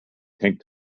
tank